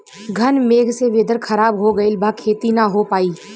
घन मेघ से वेदर ख़राब हो गइल बा खेती न हो पाई